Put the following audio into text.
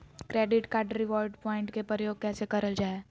Credit card reward point के प्रयोग कैसे करल जा है?